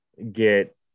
get